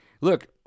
look